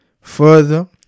further